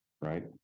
right